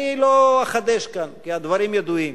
אני לא אחדש כאן, כי הדברים ידועים.